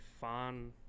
fun